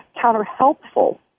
counter-helpful